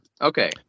okay